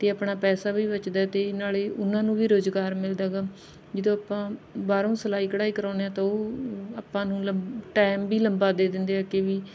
ਅਤੇ ਆਪਣਾ ਪੈਸਾ ਵੀ ਬਚਦਾ ਅਤੇ ਨਾਲ ਉਨ੍ਹਾਂ ਨੂੰ ਵੀ ਰੁਜ਼ਗਾਰ ਮਿਲਦਾ ਗਾ ਜਦੋਂ ਆਪਾਂ ਬਾਹਰੋਂ ਸਿਲਾਈ ਕਢਾਈ ਕਰਵਾਉਂਦੇ ਹਾਂ ਤਾਂ ਉਹ ਆਪਾਂ ਨੂੰ ਲੰ ਟਾਇਮ ਵੀ ਲੰਬਾ ਦੇ ਦਿੰਦੇ ਹੈ ਕਿ ਵੀ